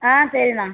ஆ சரிணா